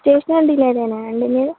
stationery డెలివరీయెనండీ మీరు